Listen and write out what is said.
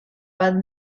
bat